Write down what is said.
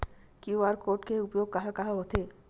QR code के उपयोग कहां कहां होथे?